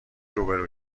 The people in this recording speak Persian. روبرو